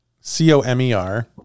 C-O-M-E-R